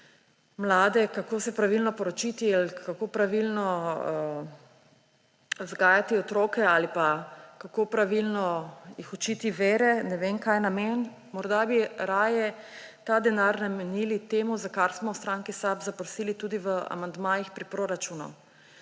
mlade, kako se pravilno poročiti, ali kako pravilno vzgajati otroke, ali kako jih pravilno učiti vere. Ne vem, kaj je namen. Morda bi raje ta denar namenili temu, za kar smo v stranki SAB zaprosili tudi v amandmajih pri proračunu.